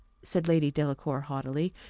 said lady delacour haughtily.